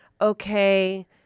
Okay